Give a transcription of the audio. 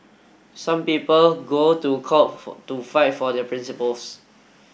some people go to court to fight for their principles